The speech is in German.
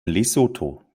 lesotho